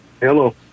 Hello